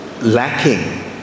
lacking